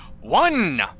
One